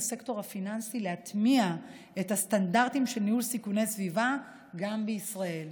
הסקטור הפיננסי להטמעת סטנדרטים של ניהול סיכוני סביבה גם בישראל.